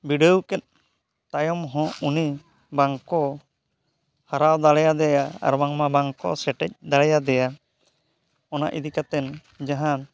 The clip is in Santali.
ᱵᱤᱰᱟᱹᱣ ᱠᱮᱫ ᱛᱟᱭᱚᱢ ᱦᱚᱸ ᱩᱱᱤ ᱵᱟᱝᱠᱚ ᱦᱟᱨᱟᱣ ᱫᱟᱲᱮᱭᱟᱫᱮᱭᱟ ᱟᱨ ᱵᱟᱝᱢᱟ ᱵᱟᱝ ᱠᱚ ᱥᱮᱴᱮᱡ ᱫᱟᱲᱮᱭᱟᱫᱮᱭᱟ ᱚᱱᱟ ᱤᱫᱤ ᱠᱟᱛᱮᱫ ᱡᱟᱦᱟᱸ